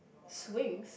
swings